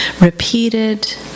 repeated